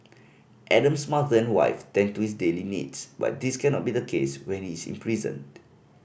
Adam's mother and wife tend to his daily needs but this cannot be the case when he is imprisoned